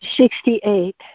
Sixty-eight